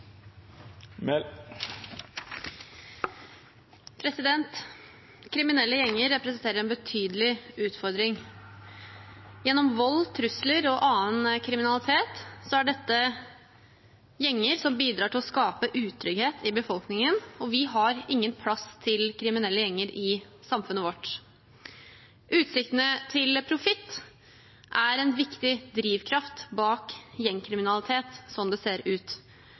Stortinget. Kriminelle gjenger representerer en betydelig utfordring. Gjennom vold, trusler og annen kriminalitet er dette gjenger som bidrar til å skape utrygghet i befolkningen, og vi har ingen plass til kriminelle gjenger i samfunnet vårt. Utsiktene til profitt er en viktig drivkraft bak gjengkriminalitet, slik det ser ut.